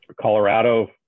Colorado